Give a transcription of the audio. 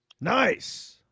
Nice